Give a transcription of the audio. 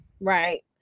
right